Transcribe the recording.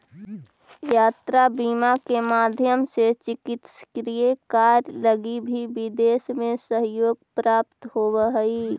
यात्रा बीमा के माध्यम से चिकित्सकीय कार्य लगी भी विदेश में सहयोग प्राप्त होवऽ हइ